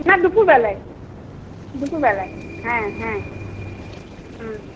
না দুপুর বেলায় দুপুর বেলায় হ্যাঁ হ্যাঁ হুম